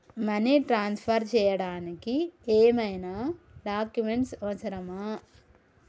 Money transfer చేయడానికి ఏమైనా documents అవసరమా?